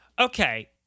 Okay